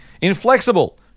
Inflexible